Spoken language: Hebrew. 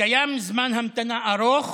וקיים זמן המתנה ארוך,